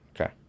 Okay